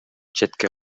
четке